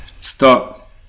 Stop